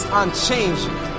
unchanging